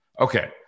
Okay